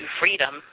freedom